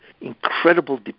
incredible